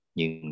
Nhưng